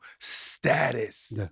status